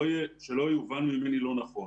שלא יובן ממני לא נכון,